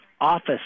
office